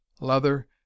leather